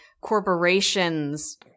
corporations